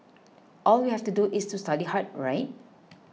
all we have to do is to study hard right